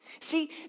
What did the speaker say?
See